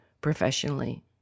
professionally